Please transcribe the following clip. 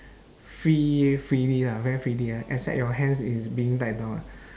free freely lah very freely lah except your hands is being tied down lah